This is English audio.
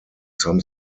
some